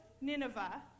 Nineveh